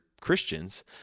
Christians